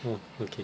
oh okay